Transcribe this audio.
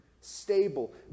stable